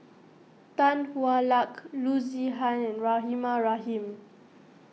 Tan Hwa Luck Loo Zihan and Rahimah Rahim